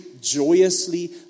joyously